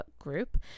group